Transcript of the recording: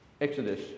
Exodus